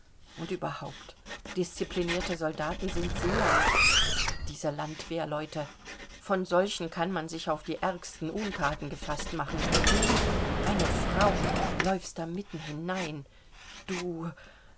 und überhaupt disziplinierte soldaten sind sie ja nicht diese landwehrleute von solchen kann man sich auf die ärgsten unthaten gefaßt machen und du eine frau läufst da mitten hinein du